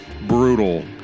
brutal